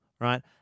right